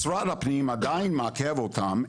משרד הפנים עדיין מעכב אותם,